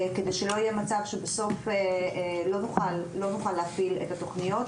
כדי שלא יהיה מצב שבסוף לא נוכל להפעיל את התכניות.